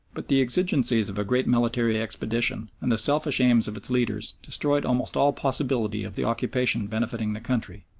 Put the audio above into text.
but the exigencies of a great military expedition and the selfish aims of its leaders destroyed almost all possibility of the occupation benefiting the country,